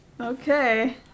okay